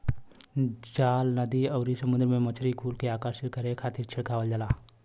जाल नदी आउरी समुंदर में मछरी कुल के आकर्षित करे खातिर बिछावल जाला